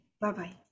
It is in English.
Bye-bye